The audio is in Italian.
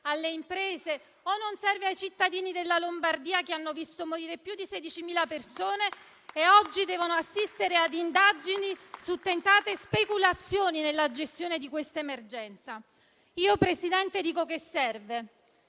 alle imprese? O non serve a cittadini della Lombardia, che hanno visto morire più di 16.000 persone e oggi devono assistere ad indagini su tentate speculazioni nella gestione di questa emergenza? Signor Presidente, io dico che serve.